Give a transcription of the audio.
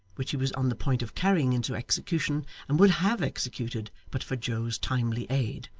which he was on the point of carrying into execution, and would have executed, but for joe's timely aid.